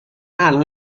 الان